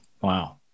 wow